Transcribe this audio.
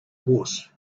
horse